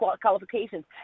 qualifications